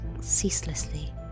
ceaselessly